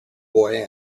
boy